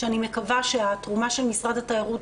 ואני מקווה שהתרומה של משרד התיירות,